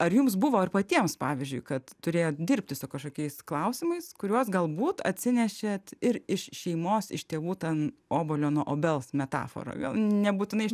ar jums buvo ir patiems pavyzdžiui kad turėjot dirbti su kažkokiais klausimais kuriuos galbūt atsinešėt ir iš šeimos iš tėvų ten obuolio nuo obels metafora gal nebūtinai iš